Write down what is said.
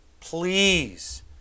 please